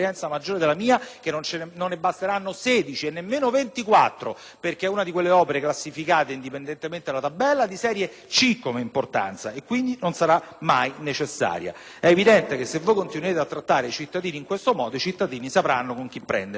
non ne basteranno 16 e nemmeno 24 di anni, perché è una di quelle opere classificate, indipendentemente dalla tabella, come di serie C quanto ad importanza e, quindi, non sarà mai necessaria. È evidente che se continuerete a trattare i cittadini in questo modo, i cittadini sapranno con chi prendersela. Almeno